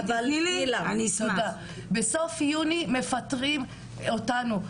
בסוף יוני מפטרים אותנו,